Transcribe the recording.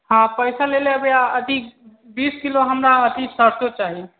हाँ पैसा लेने अयबै अथी बीस किलो हमरा अथी सरिसो चाही